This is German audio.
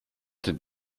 den